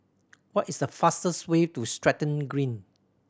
what is the fastest way to Stratton Green